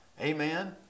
Amen